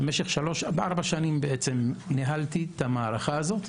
במשך שלוש ארבע שנים ניהלתי את המערכה הזאת,